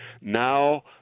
now